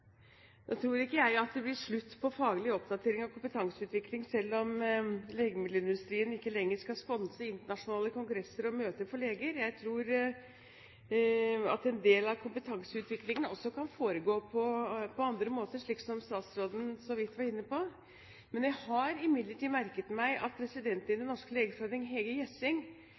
tror ikke jeg at det blir slutt på faglig oppdatering og kompetanseutvikling selv om legemiddelindustrien ikke lenger skal sponse internasjonale kongresser og møter for leger. Jeg tror at en del av kompetanseutviklingen også kan foregå på andre måter, slik som statsråden så vidt var inne på. Jeg har imidlertid merket meg at presidenten i Den norske legeforeningen, Hege Gjessing,